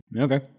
Okay